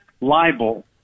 libel